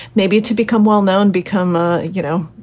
maybe to become well-known, become, ah you know,